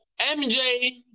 MJ